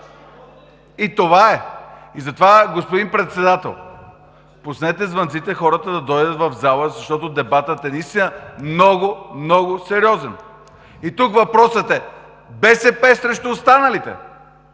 от Вас. Затова, господин Председател, пуснете звънците хората да дойдат в залата, защото дебатът е наистина много, много сериозен. Тук въпросът е БСП срещу останалите.